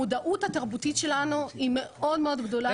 המודעות התרבותית שלנו היא מאוד מאוד גדולה.